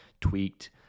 tweaked